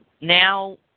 now